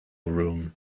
room